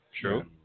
True